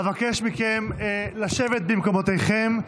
אבקש מכם לשבת במקומותיכם,